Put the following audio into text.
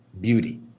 beauty